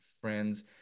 friends